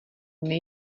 dny